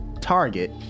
Target